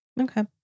Okay